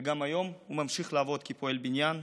גם היום הוא ממשיך לעבוד כפועל בניין.